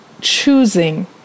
Choosing